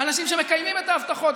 אנשים שמקיימים את ההבטחות,